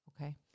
Okay